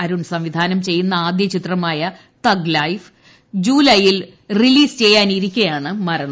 അരുൺ സംവിധാനം ചെയ്യുന്ന ആദ്യ ചിത്രമായ തഗ് ലൈഫ് ജൂലൈയിൽ റിലീസ് ചെയ്യാനിരിക്കെയാണ് മരണം